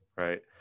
right